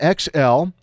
XL